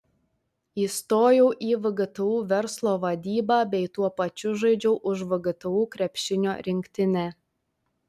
įstojau į vgtu verslo vadybą bei tuo pačiu žaidžiau už vgtu krepšinio rinktinę